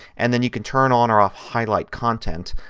and then you can turn on or off highlight content.